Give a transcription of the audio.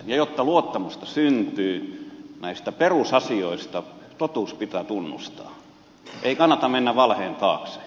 jotta luottamusta syntyy näissä perusasioissa totuus pitää tunnustaa ei kannata mennä valheen taakse